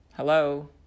Hello